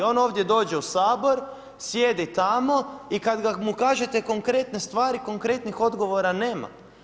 On ovdje dođe u Sabor, sjedi tamo i kad mu kažete konkretne stvari, konkretnih odgovora nema.